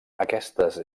aquestes